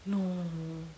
no